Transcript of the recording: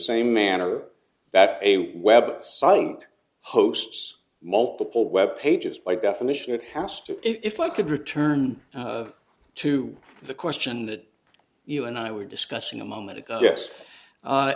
same manner that a web site hosts multiple web pages by definition it has to if i could return to the question that you and i were discussing a moment ago